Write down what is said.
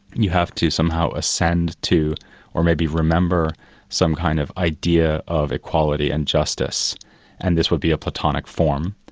you have to somehow ascend to or maybe remember some kind of idea of equality and justice and this would be a platonic form,